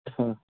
हाँ